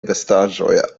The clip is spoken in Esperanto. vestaĵoj